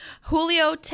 Julio